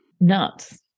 nuts